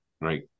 right